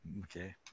Okay